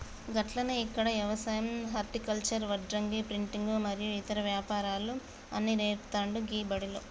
గట్లనే ఇక్కడ యవసాయం హర్టికల్చర్, వడ్రంగి, ప్రింటింగు మరియు ఇతర వ్యాపారాలు అన్ని నేర్పుతాండు గీ బడిలో